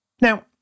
Now